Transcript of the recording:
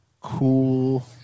cool